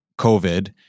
covid